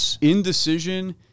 indecision